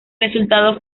resultado